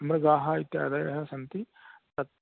मृगाः इत्यादयः सन्ति